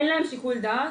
אין להם שיקול דעת.